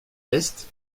est